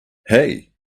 hey